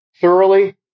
thoroughly